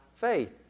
faith